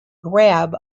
grab